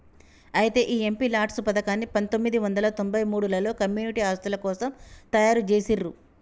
అయితే ఈ MPLADS పథకాన్ని పందొమ్మిది వందల తొంభై మూడులలో కమ్యూనిటీ ఆస్తుల కోసం తయారు జేసిర్రు